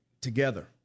together